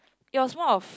it was one of